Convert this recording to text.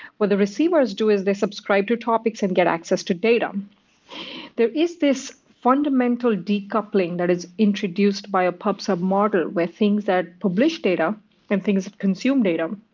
what the receivers do is they subscribe to topics and get access to data there is this fundamental decoupling that is introduced by a pub sub model where things that publish data and things consume data,